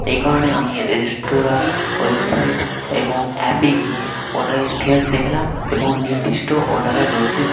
এই কারণে আমি রেস্তোরাঁর ওয়েবসাইট এবং অ্যাপে গিয়ে অর্ডারের ইতিহাস দেখলাম এবং নির্দিষ্ট অর্ডারের রসিদ